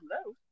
hello